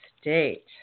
state